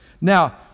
Now